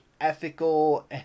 ethical